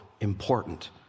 important